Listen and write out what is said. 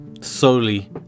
solely